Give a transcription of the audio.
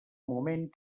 moment